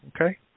Okay